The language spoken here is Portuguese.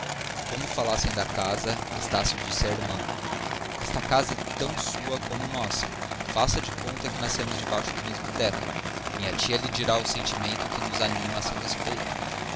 como falassem da casa estácio disse à irmã esta casa é tão sua como nossa faça de conta que nascemos debaixo do mesmo teto minha tia lhe dirá o sentimento que nos anima a seu respeito